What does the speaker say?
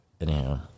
Anyhow